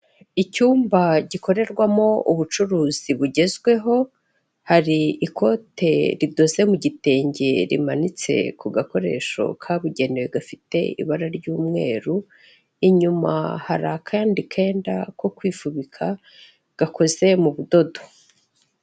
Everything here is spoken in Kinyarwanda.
Icyumba gikorerwamo ubucuruzi bugezweho, hari ikote ridoze mu gitenge rimanitse ku gakoresho kabugenewe gafite ibara ry'umweru, inyuma hari akandi kenda ko kwifubika gakoze mu budodo.